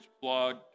blog